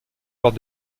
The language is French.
lors